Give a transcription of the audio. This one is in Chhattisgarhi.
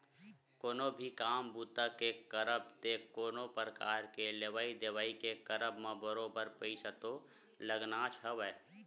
कोनो भी काम बूता के करब ते कोनो परकार के लेवइ देवइ के करब म बरोबर पइसा तो लगनाच हवय